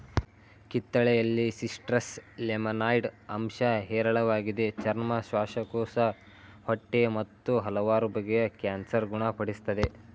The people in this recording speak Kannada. ಕಿತ್ತಳೆಯಲ್ಲಿ ಸಿಟ್ರಸ್ ಲೆಮನಾಯ್ಡ್ ಅಂಶ ಹೇರಳವಾಗಿದೆ ಚರ್ಮ ಶ್ವಾಸಕೋಶ ಹೊಟ್ಟೆ ಮತ್ತು ಹಲವಾರು ಬಗೆಯ ಕ್ಯಾನ್ಸರ್ ಗುಣ ಪಡಿಸ್ತದೆ